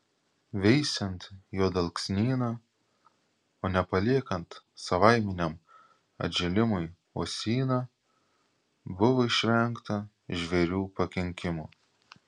veisiant juodalksnyną o ne paliekant savaiminiam atžėlimui uosyną buvo išvengta žvėrių pakenkimų